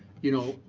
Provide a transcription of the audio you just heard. you know,